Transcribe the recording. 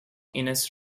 innes